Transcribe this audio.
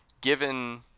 given